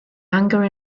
anger